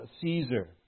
Caesar